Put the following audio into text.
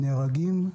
הרוגים,